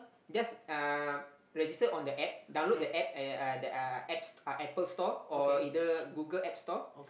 just um register on the App download the App and uh the uh App uh Apple Store or either Google App Store